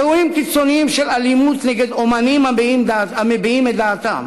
אירועים קיצוניים של אלימות נגד אמנים המביעים את דעתם